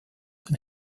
den